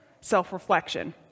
self-reflection